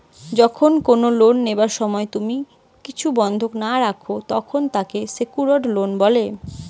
যখন কুনো লোন লিবার সময় তুমি কিছু বন্ধক না রাখো, তখন তাকে সেক্যুরড লোন বলে